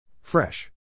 Fresh